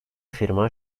firma